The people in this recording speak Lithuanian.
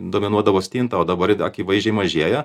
dominuodavo stinta o dabar ji akivaizdžiai mažėja